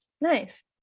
Nice